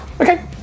Okay